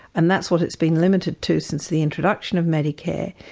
and that's what it's been limited to since the introduction of medicare,